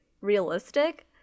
realistic